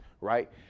right